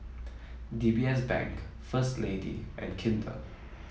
D B S Bank First Lady and Kinder